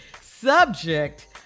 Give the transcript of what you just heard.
Subject